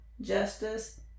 justice